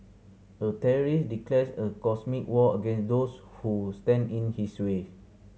a terrorist declares a cosmic war against those who stand in his way